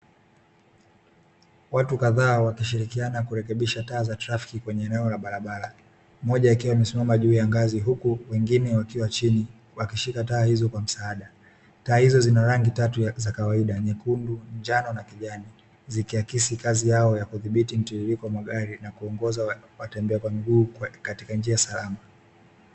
Watu kadhaa wakishirikiana kurekebisha taa za trafiki kwenye eneo la barabara moja, ikiwa wamesimama juu ya ngazi huku wengine wakiwa chini wakishika taa hizo kwa msaada, taa hizo zina rangi tatu za kawaida nyekundu, njano na kijani zikiakisi kazi yao ya kudhibiti mtiririko magari na kuongoza watembea kwa miguu katika njia salama.